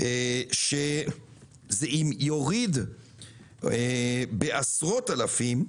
זה יוריד בעשרות אלפים,